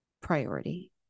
priority